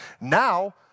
Now